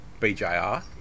BJR